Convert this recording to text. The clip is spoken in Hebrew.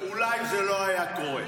אולי זה לא היה קורה.